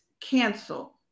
cancel